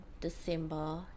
December